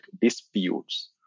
disputes